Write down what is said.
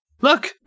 Look